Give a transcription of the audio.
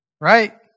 Right